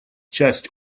часть